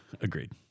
agreed